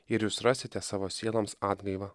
ir jūs rasite savo sieloms atgaivą